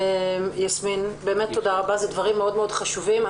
אלה דברים מאוד חשובים.